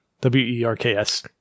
W-E-R-K-S